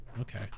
okay